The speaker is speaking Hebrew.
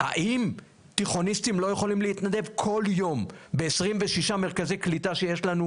האם תיכוניסטים לא יכולים להתנדב כל יום ב-26 מרכזי קליטה שיש לנו,